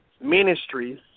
Ministries